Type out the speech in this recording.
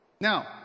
Now